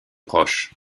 proche